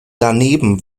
daneben